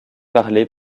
parlée